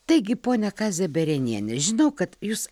taigi ponia kaze bereniene žinau kad jūs